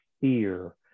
fear